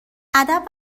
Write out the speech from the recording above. ادب